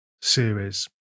series